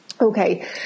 Okay